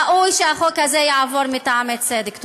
ראוי שהחוק הזה יעבור, מטעמי צדק.